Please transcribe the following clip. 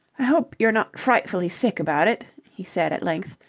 i hope you're not frightfully sick about it? he said at length.